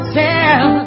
tell